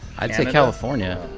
i'd say california.